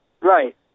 Right